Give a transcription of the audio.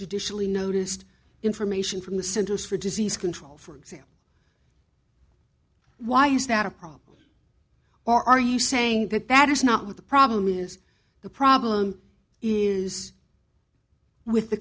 traditionally noticed information from the centers for disease control for example why is that a problem or are you saying that that is not what the problem is the problem is with the